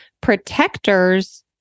Protectors